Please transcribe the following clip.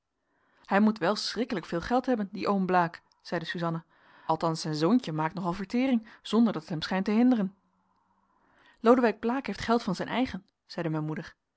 hij moet wel schrikkelijk veel geld hebben die oom blaek zeide suzanna althans zijn zoontje maakt nogal vertering zonder dat het hem schijnt te hinderen lodewijk blaek heeft geld van zijn eigen zeide mijn moeder